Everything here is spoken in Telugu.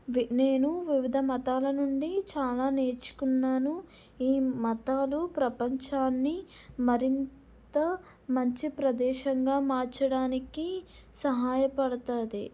ఇవి నేను వివిధ మతాల నుండి చాలా నేర్చుకున్నాను ఈ మతాలు ప్రపంచాన్ని మరింత మంచి ప్రదేశంగా మార్చడానికి సహాయపడుతుంది